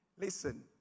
Listen